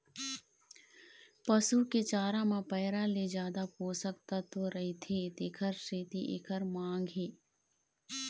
पसू के चारा म पैरा ले जादा पोषक तत्व रहिथे तेखर सेती एखर मांग हे